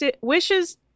wishes